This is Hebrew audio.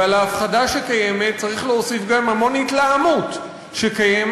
ועל ההפחדה שקיימת צריך להוסיף גם המון התלהמות שקיימת.